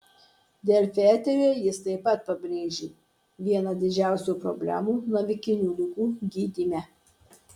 delfi eteryje jis taip pat pabrėžė vieną didžiausių problemų navikinių ligų gydyme